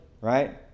right